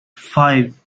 five